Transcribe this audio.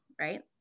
right